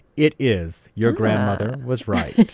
it is your grandmother was right.